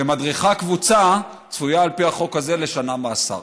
שמדריכה קבוצה, צפויה על פי החוק הזה לשנה מאסר,